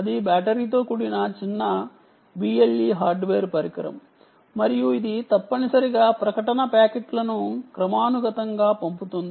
అది బ్యాటరీతో కూడిన చిన్న BLE హార్డ్వేర్ పరికరం మరియు ఇది తప్పనిసరిగా ప్రకటన ప్యాకెట్లను క్రమానుగతంగా పంపుతుంది